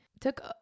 took